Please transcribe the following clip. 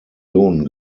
nationen